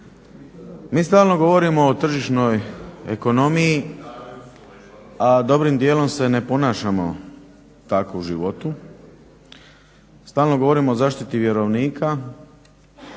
Mi stalno govorimo o tržišnoj ekonomiji, a dobrim dijelom se ne ponašamo tako u životu. Stalno govorimo o zaštiti vjerovnika